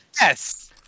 Yes